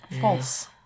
False